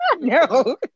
No